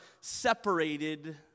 separated